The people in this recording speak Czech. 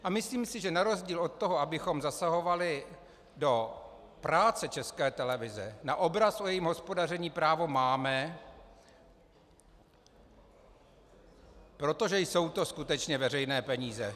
A myslím si, že na rozdíl od toho, abychom zasahovali do práce České televize, na obraz o jejím hospodaření právo máme, protože jsou to skutečně veřejné peníze.